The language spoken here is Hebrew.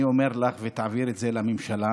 אני אומר לך, ותעבירי את זה לממשלה: